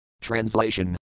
Translation